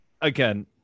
again